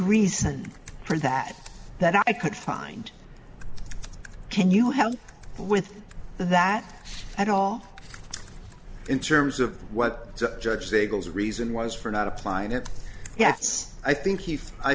reason for that that i could find can you help with that at all in terms of what judge say goes reason was for not applying it yes i think he